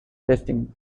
testing